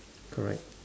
correct